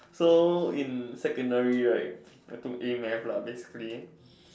so in secondary right I took A math lah basically